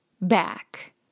back